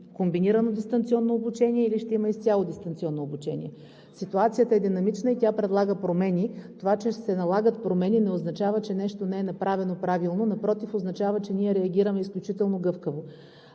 комбинирано дистанционно обучение, или ще има изцяло дистанционно обучение. Ситуацията е динамична и тя предлага промени. Това, че се налагат промени, не означава, че нещо не е направено правилно – напротив, означава, че ние реагираме изключително гъвкаво.